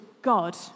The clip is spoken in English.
God